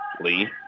Lee